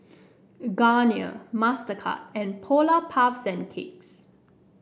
Garnier Mastercard and Polar Puff Cakes